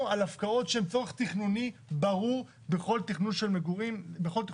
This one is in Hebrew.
על הפקעות שהן צורך תכנוני ברור בכל תכנון של יישוב.